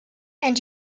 and